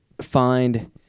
find